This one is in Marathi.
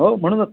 हो म्हणूनच